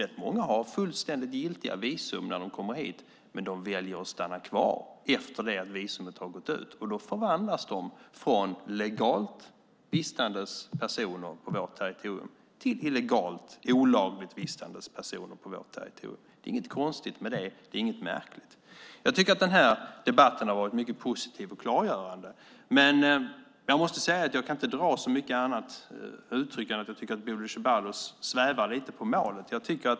Rätt många har fullständigt giltiga visum när de kommer hit, men de väljer att stanna kvar efter det att visumet har gått ut. Då förvandlas de från legalt vistandes personer på vårt territorium till illegalt, olagligt, vistandes personer på vårt territorium. Det är inget konstigt med det, inget märkligt. Jag tycker att debatten har varit mycket positiv och klargörande. Men jag kan inte säga så mycket annat än att jag tycker att Bodil Ceballos svävar lite på målet.